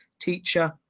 teacher